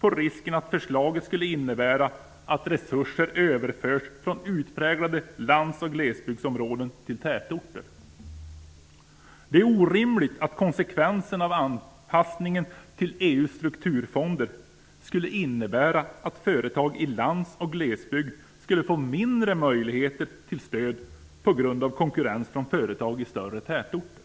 på risken att förslaget skulle innebära att resurser överförs från utpräglade lands och glesbygdsområden till tätorter. Det är orimligt att konsekvensen av anpassningen till EU:s strukturfonder skulle vara att företag i lands och glesbygd skulle få mindre möjligheter till stöd på grund av konkurrens från företag i större tätorter.